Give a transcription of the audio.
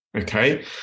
Okay